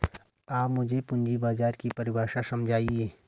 आप मुझे पूंजी बाजार की परिभाषा समझाइए